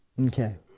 Okay